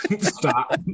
stop